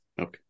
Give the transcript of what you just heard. Okay